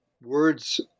words